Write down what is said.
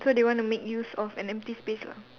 so they wanna make use of an empty space lah